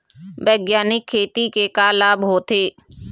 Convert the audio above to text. बैग्यानिक खेती के का लाभ होथे?